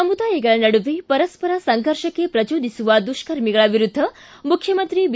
ಸಮುದಾಯಗಳ ನಡುವೆ ಪರಸ್ಪರ ಸಂಘರ್ಷಕ್ಕೆ ಪ್ರಚೋದಿಸುವ ದುಷರ್ಮಿಗಳ ವಿರುದ್ದ ಮುಖ್ಯಮಂತ್ರಿ ಬಿ